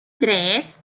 tres